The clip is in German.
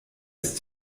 ist